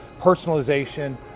personalization